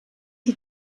die